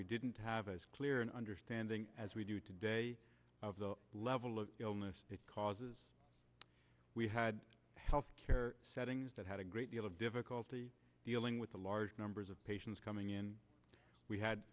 we didn't have as clear an understanding as we do today of the level of illness that causes we had health care settings that had a great deal of difficulty dealing with the large numbers of patients coming in we had